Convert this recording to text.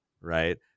right